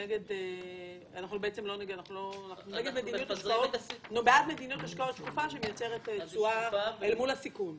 אנחנו בעד מדיניות השקעות שקופה שמייצרת תשואה אל מול הסיכון.